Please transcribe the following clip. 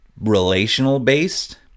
relational-based